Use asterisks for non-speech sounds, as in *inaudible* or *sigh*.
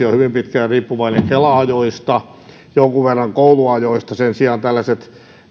*unintelligible* on hyvin pitkään riippuvainen kela ajoista jonkun verran kouluajoista sen sijaan tällaiset